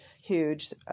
huge